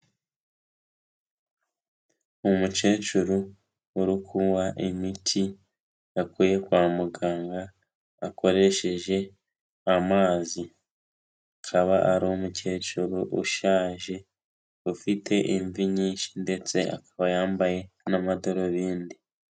Umukecuru uri kunywa imiti yakuye kwa muganga akoresheje amazi, akaba ari umukecuru ushaje ufite imvi nyinshi ndetse akaba yambaye n'amadarubindi.